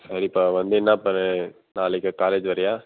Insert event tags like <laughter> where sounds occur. சரிப்பா வந்தின்னால் <unintelligible> நாளைக்கு காலேஜ் வரியா